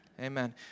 Amen